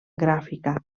gràfica